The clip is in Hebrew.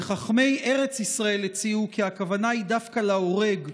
וחכמי ארץ ישראל הציעו כי הכוונה היא דווקא להורג,